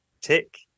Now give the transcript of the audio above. tick